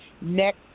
next